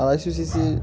আড়াইশো C C